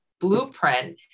blueprint